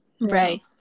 right